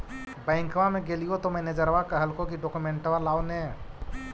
बैंकवा मे गेलिओ तौ मैनेजरवा कहलको कि डोकमेनटवा लाव ने?